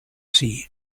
sea